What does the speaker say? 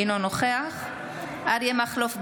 אינו נוכח אריה מכלוף דרעי,